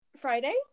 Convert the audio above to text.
Friday